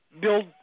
build